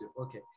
Okay